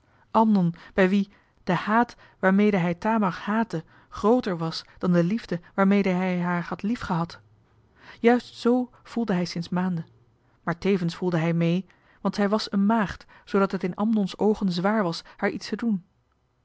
amnon bij wien de haat waarmede hij thamar haatte grooter was dan de liefde waarmede hij haar had liefgehad juist zoo voelde hij sinds maanden maar tevens voelde hij mee want zij was eene maagd zoodat het in amnons oogen zwaar was haar iets te doen